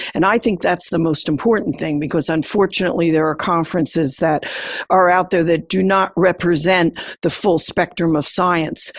and i think that's the most important thing, because unfortunately, there are conferences that are out there that do not represent the full spectrum of science.